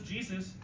Jesus